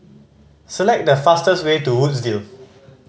select the fastest way to Woodsville